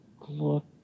look